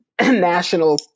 national